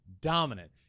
dominant